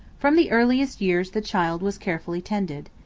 from the earliest years the child was carefully tended.